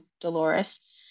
Dolores